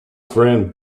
friend